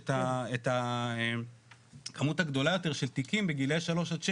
את הכמות הגדולה יותר של תיקים בגילאי 3-6